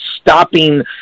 stopping